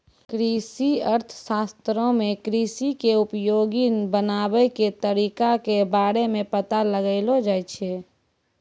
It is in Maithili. कृषि अर्थशास्त्रो मे कृषि के उपयोगी बनाबै के तरिका के बारे मे पता लगैलो जाय छै